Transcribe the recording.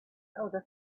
other